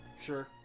Sure